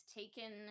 taken